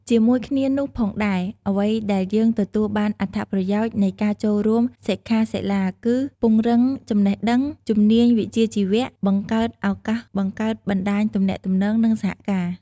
ជាមួយគ្នានោះផងដែរ អ្វីដែលយើងទទួលបានអត្ថប្រយោជន៍នៃការចូលរួមសិក្ខាសិលាគឺ ពង្រឹងចំណេះដឹង ជំនាញវិជ្ជាជីវៈ បង្កើតឱកាសបង្កើតបណ្តាញទំនាក់ទំនង និងសហការណ៍។